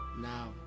Now